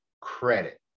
credit